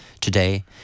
today